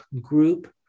Group